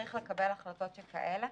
שצריך לקבל החלטות כאלה.